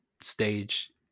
stage